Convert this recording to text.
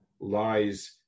lies